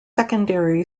secondary